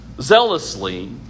zealously